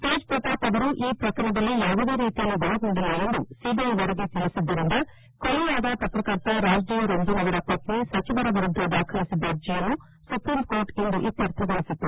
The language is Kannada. ತೇಜ್ ಪ್ರತಾಪ್ ಅವರು ಈ ಪ್ರಕರಣದಲ್ಲಿ ಯಾವುದೇ ರೀತಿಯಲ್ಲಿ ಒಳಗೊಂಡಿಲ್ಲ ಎಂದು ಸಿಬಿಐ ವರದಿ ತಿಳಿಸಿದ್ದರಿಂದ ಕೊಲೆಯಾದ ಪತ್ರಕರ್ತ ರಾಜ್ಡಿಯೋ ರಂಜನ್ ಅವರ ಪತ್ತಿ ಸಚಿವರ ವಿರುದ್ದ ದಾಖಲಿಸಿದ್ದ ಅರ್ಜಿಯನ್ನು ಸುಪ್ರೀಂಕೋರ್ಟ್ ಇಂದು ಇತ್ಯರ್ಥಗೊಳಿಸಿತು